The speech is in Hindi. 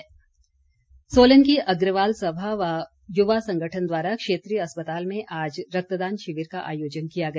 रक्तदान शिविर सोलन की अग्रवाल सभा व युवा संगठन द्वारा क्षेत्रीय अस्पताल में आज रक्तदान शिविर का आयोजन किया गया